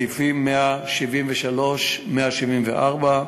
סעיפים 174-173,